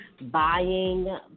buying